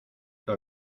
que